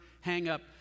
hang-up